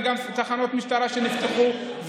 וגם תחנות משטרה שנפתחו,